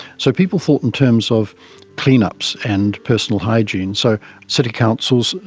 so, people thought in terms of clean-ups and personal hygiene, so city councils,